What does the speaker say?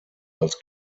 als